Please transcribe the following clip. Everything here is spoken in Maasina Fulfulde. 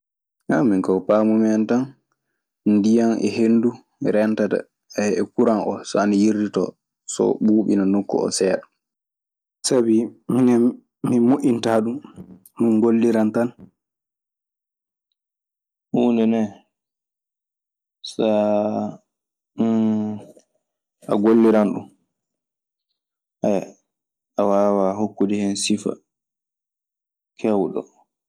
minkaa ko paamumi hen ko tan ndiyam e henndu rentata e kuran oo. So ana yirditoo so ɓuuɓina nokku oo seeɗan. Sabi minen min moƴƴintaa ɗun, min ngolliran tan. Huunde ndee saa a gollirani ɗun a waawaa hokkude hen sifaa keewɗo.